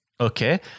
okay